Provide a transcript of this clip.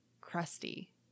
crusty